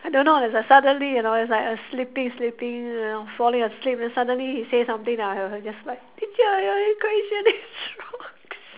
don't know is like suddenly you know it's like sleeping sleeping falling asleep then suddenly he say something then I was just like teacher your equation is wrong